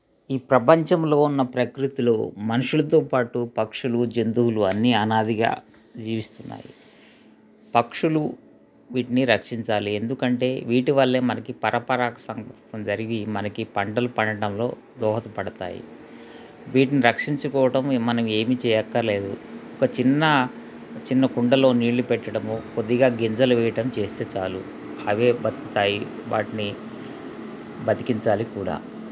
ఈ ప్రపంచంలో ఉన్న ప్రకృతిలో మనుషులతో పాటు పక్షులు జంతువులు అన్నీ అనాదిగా జీవిస్తున్నాయి పక్షులు వీటిని రక్షించాలి ఎందుకంటే వీటివల్లే మనకి పరపరాగ సం జరిగి మనకి పంటలు పండటంలో దోహదపడతాయి వీటిని రక్షించుకోవటం మనం ఏమి చేయనక్కరలేదు ఒక చిన్న చిన్న కుండలో నీళ్ళు పెట్టడము కొద్దిగా గింజలు వేయటం చేస్తే చాలు అవే బ్రతుకుతాయి వాటిని బతికించాలి కూడా